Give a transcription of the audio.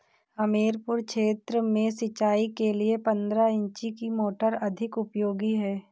हमीरपुर क्षेत्र में सिंचाई के लिए पंद्रह इंची की मोटर अधिक उपयोगी है?